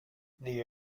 the